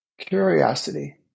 Curiosity